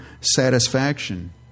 satisfaction